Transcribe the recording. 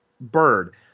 bird